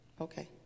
Okay